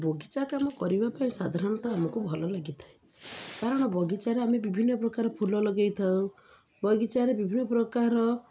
ବଗିଚା କାମ କରିବା ପାଇଁ ସାଧାରଣତଃ ଆମକୁ ଭଲ ଲାଗିଥାଏ କାରଣ ବଗିଚାରେ ଆମେ ବିଭିନ୍ନ ପ୍ରକାର ଫୁଲ ଲଗେଇଥାଉ ବଗିଚାରେ ବିଭିନ୍ନ ପ୍ରକାର